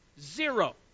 zero